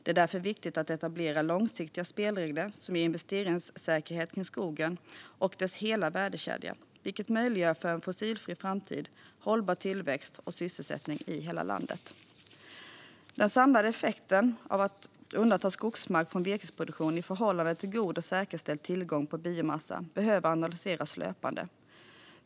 Det är därför viktigt att etablera långsiktiga spelregler som ger investeringssäkerhet kring skogen och dess hela värdekedja, vilket möjliggör för en fossilfri framtid, hållbar tillväxt och sysselsättning i hela landet. Den samlade effekten av att undanta skogsmark från virkesproduktion i förhållande till god och säkerställd tillgång på biomassa behöver analyseras löpande.